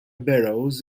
barrows